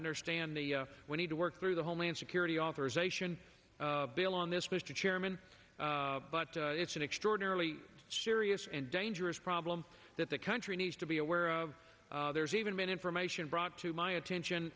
understand the we need to work through the homeland security authorization bill on this mr chairman but it's an extraordinarily serious and dangerous problem that the country needs to be aware of there's even been information brought to my attention